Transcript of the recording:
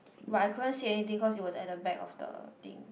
but I couldn't see anything because it was at the back of the thing